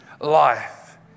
life